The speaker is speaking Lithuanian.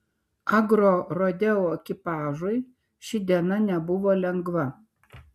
agrorodeo ekipažui ši diena nebuvo lengva